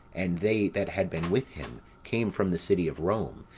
and they that had been with him, came from the city of rome,